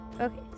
Okay